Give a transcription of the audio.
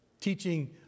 teaching